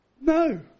No